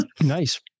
Nice